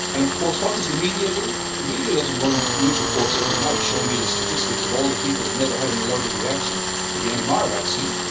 and of course, what does the media do? the media doesn't run news reports every night showing you the statistics of all the people that never had an allergic reaction to the mmr vaccine.